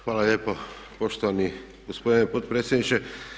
Hvala lijepo poštovani gospodine potpredsjedniče.